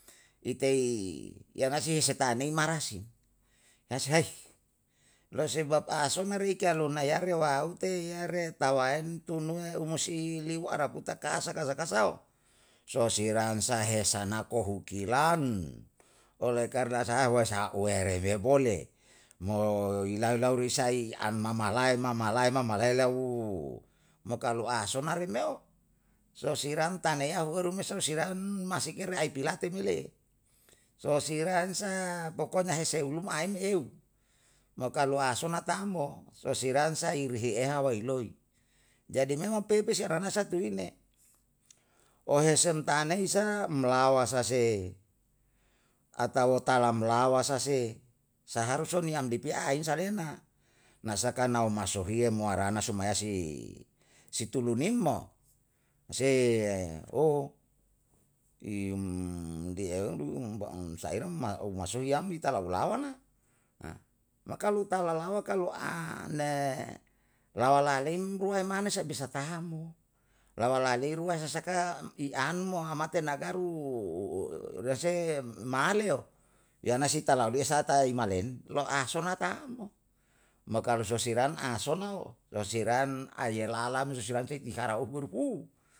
Itei yanasi he se ta'nei marasi lo sebab a somerei kalu nayare waute yare tawaen tunuwe umusi liu araputa kasa kasa kasao sosiran sahe sanako hukilan. Ole karna saha huwe sa'a uwe re me bole, mo ilai laurisai an mamalae mamalae mamalae lau mo kalu asona re me o, sosiran taneyahu weru me sosiran masike re aipilate me le. Sosiran sa pokoknya hese u luma aeme eu, mo kalu asona tam mo, sosiran sai irihi era wai loi. Jadi memang pepe se aranasa tuine, ohesen taneisa umlawa sa sehe, atau tala umlawa sa se, saharus so ni amdipiain salena, na saka naoma sohiyo mo arana sumaya si, si tulunim mo. Se saero um masohi yam talau lawa na, ma kalu talalawa kalu an ne lawa laleim ruai ye mane sa bisa taham mo, lawa lalei rua sasaka i an mo ama tenagaru, se male yo. Yana si talau desa ta i malen lo'a sona tam mo, mo kalo sosiran a sonao, sosiran ayel alam, sosiran si ikara upur pu